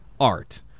art